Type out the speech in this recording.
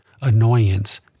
annoyance